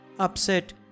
Upset